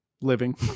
living